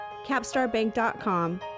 CapstarBank.com